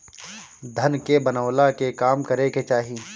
धन के बनवला के काम करे के चाही